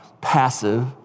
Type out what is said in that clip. passive